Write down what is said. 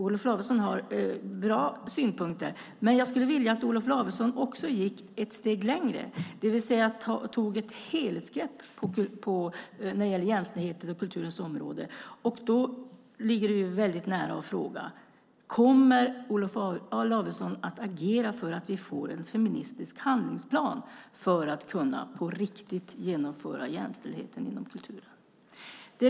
Olof Lavesson har bra synpunkter, men jag skulle vilja att Olof Lavesson också går ett steg längre, det vill säga tar ett helhetsgrepp när det gäller jämställdhet på kulturens område. Då ligger det nära att fråga om Olof Lavesson kommer att agera för att vi får en feministisk handlingsplan för att på riktigt genomföra jämställdheten inom kulturen?